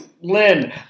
Lynn